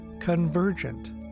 convergent